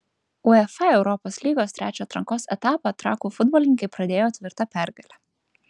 uefa europos lygos trečią atrankos etapą trakų futbolininkai pradėjo tvirta pergale